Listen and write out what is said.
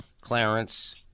Clarence